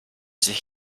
sich